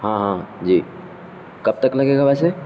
ہاں ہاں جی کب تک لگے گا ویسے